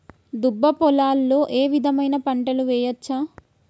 దుబ్బ పొలాల్లో ఏ విధమైన పంటలు వేయచ్చా?